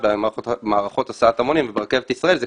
כי הגידול בכבישים לא קורה איפה שצריך.